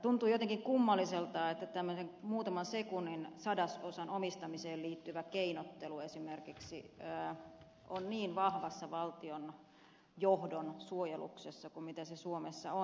tuntuu jotenkin kummalliselta että esimerkiksi tämmöinen muutaman sekunnin sadasosan omistamiseen liittyvä keinottelu on niin vahvassa valtion johdon suojeluksessa kuin mitä se suomessa on